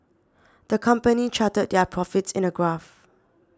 the company charted their profits in a graph